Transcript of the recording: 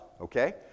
okay